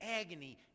agony